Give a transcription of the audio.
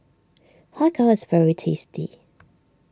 Har Kow is very tasty